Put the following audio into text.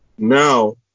Now